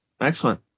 Excellent